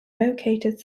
located